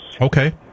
Okay